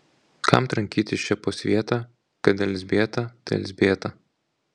kam trankytis čia po svietą kad elzbieta tai elzbieta